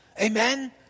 Amen